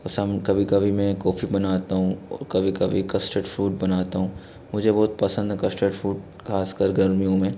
और शाम कभी कभी मैं काफी बनाता हूँ और कभी कभी कस्टर्ड फूड बनाता हूँ मुझे बहुत पसंद है कस्टर्ड फूड खासकर गर्मियों में